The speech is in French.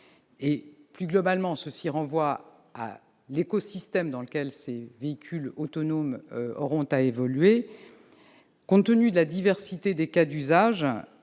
Plus globalement, cela renvoie à l'écosystème dans lequel les véhicules autonomes évolueront. Compte tenu de la diversité des cas d'usage,